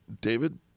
David